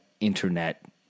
internet